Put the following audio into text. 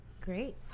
Great